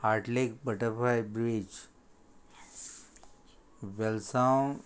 heart lake butterfly breeze Velsao